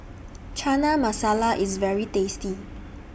Chana Masala IS very tasty